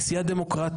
היא סיעה דמוקרטית.